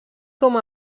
com